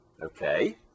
Okay